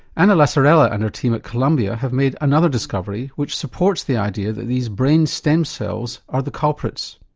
anna lasorella and her team at columbia have made another discovery which supports the idea that these brain stem cells are the culprits.